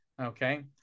Okay